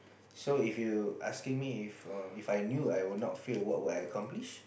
so if you asking me if err If I knew I would not fail what would I accomplish